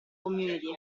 community